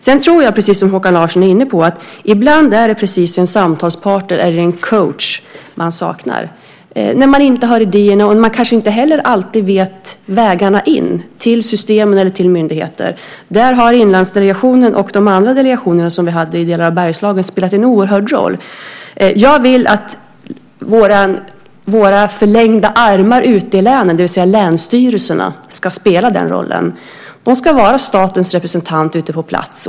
Jag tror precis som Håkan Larsson är inne på att det ibland är just en samtalspartner eller en coach som man saknar. Man har inte idéerna och vet kanske heller inte alltid vägarna in till systemen eller till myndigheter. Där har Inlandsdelegationen och de andra delegationerna som vi hade i delar av Bergslagen spelat en oerhörd roll. Jag vill att våra förlängda armar ute i länen, det vill säga länsstyrelserna, ska spela den rollen. De ska vara statens representant ute på plats.